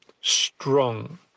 strong